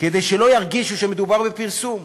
כדי שלא ירגישו שמדובר בפרסום.